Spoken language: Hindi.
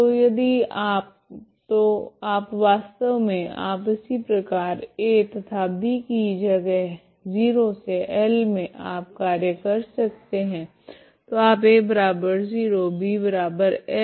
तो यदि आप तो आप वास्तव मे आप इसी प्रकार a तथा b की जगह 0 से L मे आप कार्य कर सकते है तो आप a0bL ले